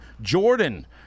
Jordan